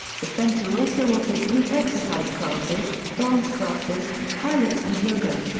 the centre also offers group exercise classes, dance classes, pilates and yoga.